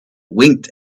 winked